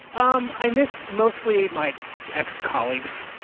um i miss mostly my ex-colleagues.